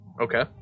Okay